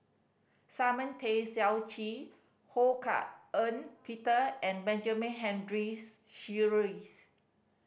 Simon Tay Seong Chee Ho Hak Ean Peter and Benjamin Henries Sheares